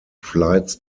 flights